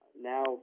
Now